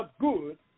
good